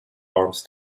arms